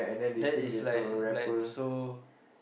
that is like like so